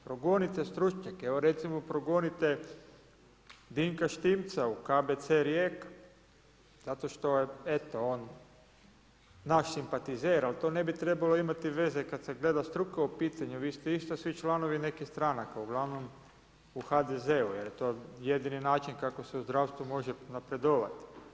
Progonite stručnjake, evo, recimo progonite Dinka Štimca u KBC Rijeka, zato što je, eto, naš simpatizer, ali to ne bi trebalo imati veze, kada se gleda struka u pitanju, vi ste isto svi članovi nekih stranaka, ugl. u HDZ-ću, jer je to jedini način, kako se u zdravstvu može napredovati.